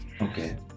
Okay